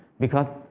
because,